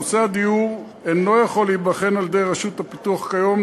נושא הדיור אינו יכול להיבחן על-ידי רשות הפיתוח כיום,